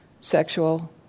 sexual